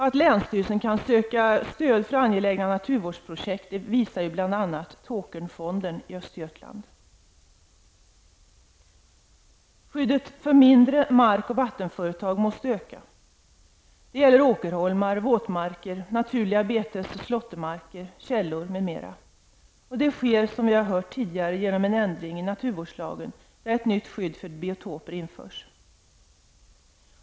Att länsstyrelserna kan söka stöd för angelägna naturvårdsprojekt visar bl.a. Skyddet för mindre mark och vattenföretag måste öka. Det gäller åkerholmar, våtmarker, naturliga betes och slåttermarker, källor m.m. Det sker, som vi hört tidigare, genom en ändring i naturvårdslagen, där ett nytt skydd för biotoper införs.